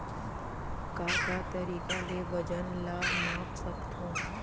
का का तरीक़ा ले वजन ला माप सकथो?